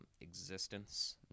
existence